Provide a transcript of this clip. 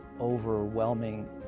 overwhelming